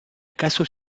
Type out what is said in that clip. acaso